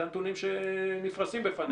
זה הנתונים שנפרסים בפנינו.